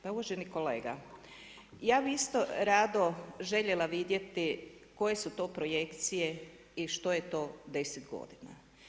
Pa uvaženi kolega, ja bi isto rado željela vidjeti koje su to projekcije i što je to deset godina.